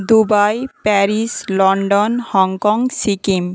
Dubai Paris London Hong Kong Sikkim